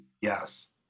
Yes